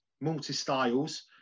multi-styles